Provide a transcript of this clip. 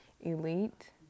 elite